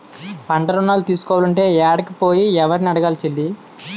పంటరుణాలు తీసుకోలంటే యాడికి పోయి, యెవుర్ని అడగాలి సెల్లీ?